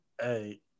Hey